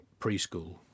preschool